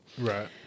Right